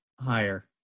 Higher